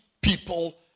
people